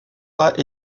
pas